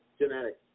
genetics